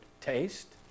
taste